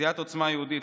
סיעת עוצמה יהודית,